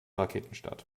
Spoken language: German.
raketenstart